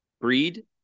breed